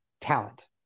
talent